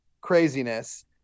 craziness